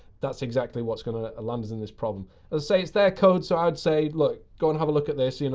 that's exactly what's going to land us in this problem. i'd say it's their code. so i would say, look, go and have a look at this. you know